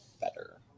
better